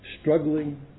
struggling